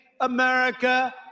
America